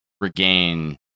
regain